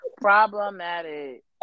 Problematic